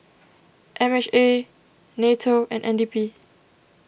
M H A Nato and N D P